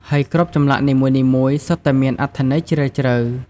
ហើយគ្រប់ចម្លាក់នីមួយៗសុទ្ធតែមានអត្ថន័យជ្រាលជ្រៅ។